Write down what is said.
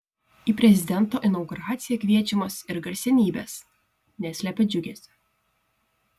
į prezidento inauguraciją kviečiamos ir garsenybės neslepia džiugesio